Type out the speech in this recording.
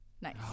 Nice